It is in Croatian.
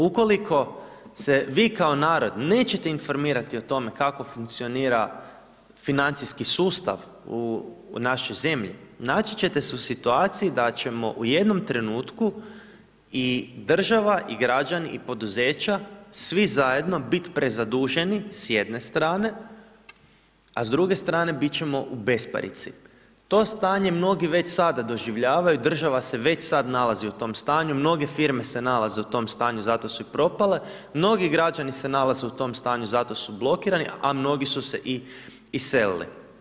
Ukoliko se vi kao narod nećete informirati o tome kako funkcionira financijski sustav u našoj zemlji, naći ćete se u situaciji da ćemo u jednom trenutku i država i građani i poduzeća svi zajedno bit prezaduženi s jedne strane, a s druge strane bit ćemo u besparici, to stanje mnogi već sada doživljavaju, država se već sad nalazi u tom stanju, mnoge firme se nalaze u tom stanju, zato su i propale, mnogi građani se nalaze u tom stanju, zato su blokirani, a mnogi su se i iselili.